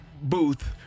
booth